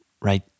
right